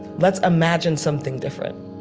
let's imagine something different